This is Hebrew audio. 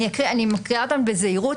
אני מקריאה בזהירות.